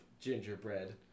gingerbread